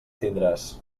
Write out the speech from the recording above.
tindràs